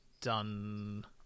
done